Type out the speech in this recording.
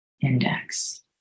index